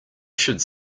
should